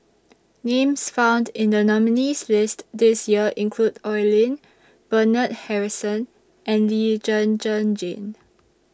Names found in The nominees' list This Year include Oi Lin Bernard Harrison and Lee Zhen Zhen Jane